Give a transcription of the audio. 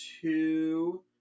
two